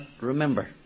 remember